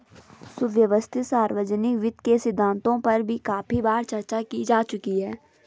सुव्यवस्थित सार्वजनिक वित्त के सिद्धांतों पर भी काफी बार चर्चा की जा चुकी है